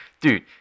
dude